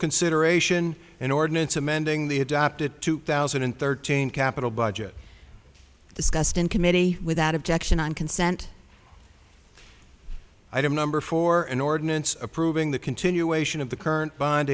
consideration an ordinance amending the adapted two thousand and thirteen capital budget discussed in committee without objection on consent item number for an ordinance approving the continuation of the current bond